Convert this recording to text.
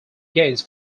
gains